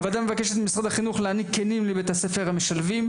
הוועדה מבקשת ממשרד החינוך להעניק כלים לבתי הספר המשלבים,